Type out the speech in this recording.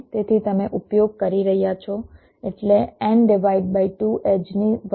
તેથી તમે ઉપયોગ કરી રહ્યા છો એટલે એડ્જની વધુ સંખ્યા ગણી વધુ એડ્જ